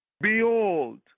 Behold